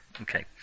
okay